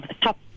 top